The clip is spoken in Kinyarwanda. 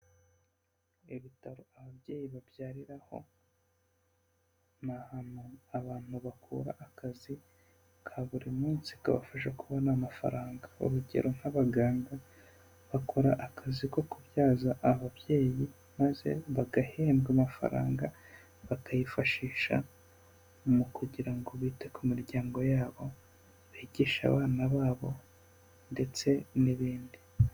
Ibitaro ababyeyi babyariraho. Ni ahantu abantu bakura akazi ka buri munsi kabafasha kubona amafaranga. Urugero: nk'abaganga bakora akazi ko kubyaza ababyeyi maze bagahembwa amafaranga, bakayifashisha mu kugira ngo bite ku miryango yabo. Bigishe abana babo ndetse n'ibindi.